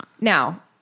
Now